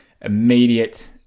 immediate